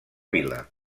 vila